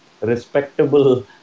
respectable